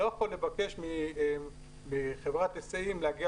אני לא יכול לבקש מחברת היסעים להגיע